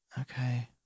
Okay